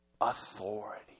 authority